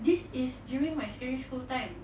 this is during my secondary school time